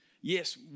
Yes